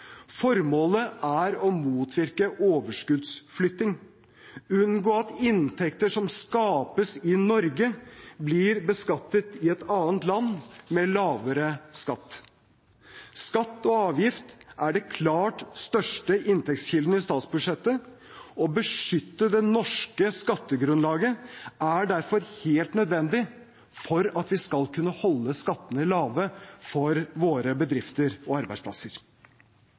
Formålet er å motvirke overskuddsflytting, unngå at inntekter som skapes i Norge, blir beskattet i et annet land med lavere skatt. Skatt og avgift er den klart største inntektskilden i statsbudsjettet. Å beskytte det norske skattegrunnlaget er derfor helt nødvendig for at vi skal kunne holde skattene lave for våre bedrifter og arbeidsplasser.